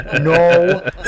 no